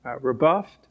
rebuffed